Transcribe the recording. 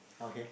okay